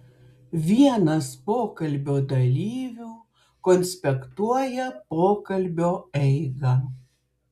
vienas pokalbio dalyvių konspektuoja pokalbio eigą